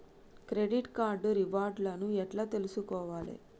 Credit card reward లను ఎట్ల తెలుసుకోవాలే?